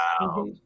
Wow